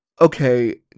Okay